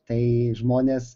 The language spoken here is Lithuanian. tai žmonės